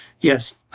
Yes